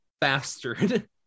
Bastard